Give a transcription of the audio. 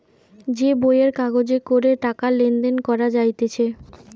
যে বইয়ের কাগজে করে টাকা লেনদেন করা যাইতেছে